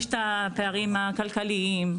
יש את הפערים הכלכליים,